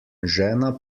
žena